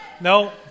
No